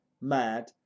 mad